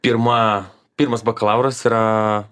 pirma pirmas bakalauras yra